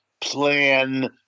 plan